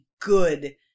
good